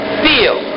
feel